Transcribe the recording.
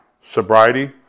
sobriety